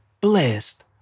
blessed